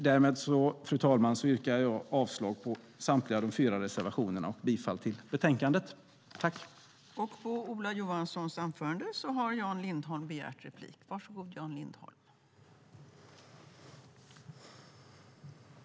Därmed, fru talman, yrkar jag avslag på samtliga fyra reservationer och bifall till utskottets förslag.